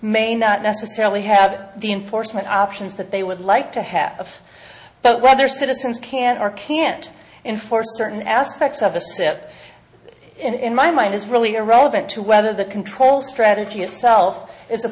may not necessarily have the enforcement options that they would like to have but whether citizens can't or can't enforce certain aspects of the cep in my mind is really irrelevant to whether the control strategy itself